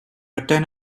attain